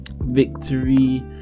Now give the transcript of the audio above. victory